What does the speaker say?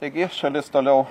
taigi šalis toliau